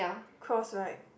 cross right